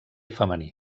femení